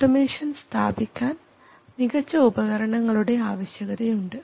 automation സ്ഥാപിക്കാൻ മികച്ച ഉപകരണങ്ങളുടെ ആവശ്യകത ഉണ്ട്